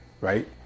Right